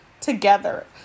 together